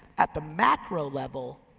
at the macro level.